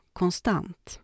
konstant